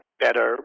better